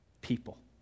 people